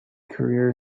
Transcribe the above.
career